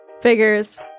Figures